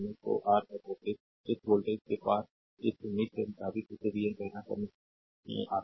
तो आर और वोल्टेज इस वोल्टेज के पार इस उम्मीद के मुताबिक इसे vn कहना समझ में आता है